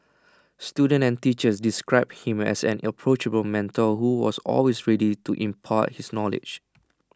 students and teachers described him as an approachable mentor who was always ready to impart his knowledge